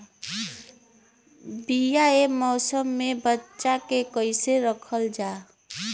बीया ए मौसम में बचा के कइसे रखल जा?